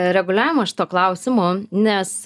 reguliavimas šito klausimo nes